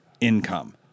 income